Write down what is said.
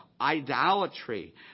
idolatry